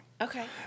Okay